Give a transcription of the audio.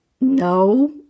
no